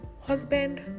husband